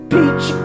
Peach